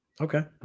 Okay